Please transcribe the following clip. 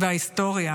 וההיסטוריה